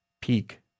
peak